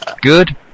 Good